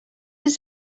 does